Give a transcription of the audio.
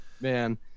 Man